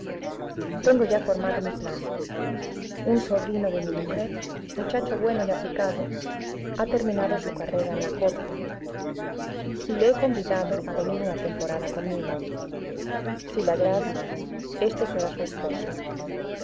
tengo ya formado mi plan un sobrino de mi mujer muchacho bueno y aplicado ha terminado su carrera en la corte y le he convidado a venir una temporada conmigo si le agrada este será su esposo